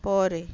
ପରେ